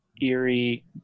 eerie